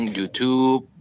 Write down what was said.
YouTube